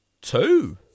two